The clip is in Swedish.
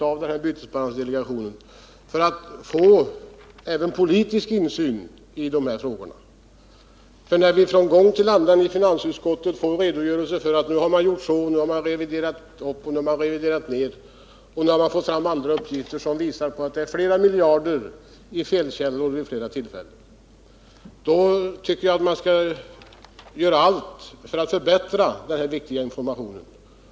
På det viset får vi också politisk insyn i dessa frågor. I och med att vi gång efter annan i finansutskottet får redogörelser för att man har reviderat upp eller ned och att felkällan vid åtskilliga tillfällen har varit flera miljarder, så tycker jag det finns anledning att göra allt för att förbättra informationen.